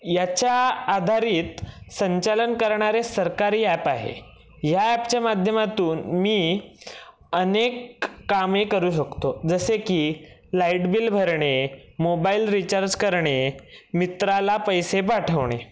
याच्या आधारित संचालन करणारे सरकारी ॲप आहे ह्या ॲपच्या माध्यमातून मी अनेक कामे करू शकतो जसे की लाईट बिल भरणे मोबाईल रिचार्ज करणे मित्राला पैसे पाठवणे